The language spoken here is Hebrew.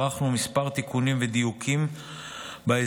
ערכנו כמה תיקונים ודיוקים בהסדר.